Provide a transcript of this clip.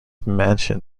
mansion